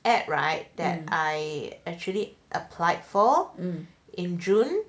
ad right that I actually applied for in june